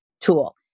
tool